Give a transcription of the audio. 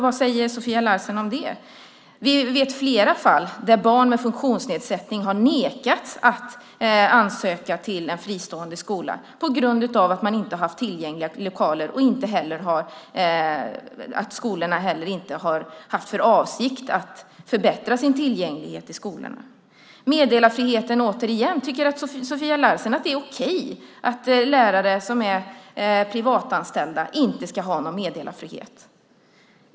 Vad säger Sofia Larsen om det? Det finns flera fall där barn med funktionsnedsättning har nekats att ansöka till en fristående skola på grund av att man inte har haft tillgängliga lokaler, och skolorna har inte heller haft för avsikt att förbättra tillgängligheten. Tycker Sofia Larsen att det är okej att privatanställda lärare inte ska ha någon meddelarfrihet?